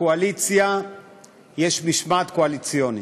לקואליציה יש משמעת קואליציונית.